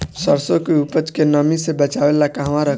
सरसों के उपज के नमी से बचावे ला कहवा रखी?